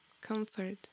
comfort